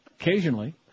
Occasionally